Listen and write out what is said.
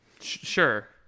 Sure